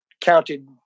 counted